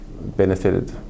benefited